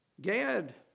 Gad